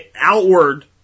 outward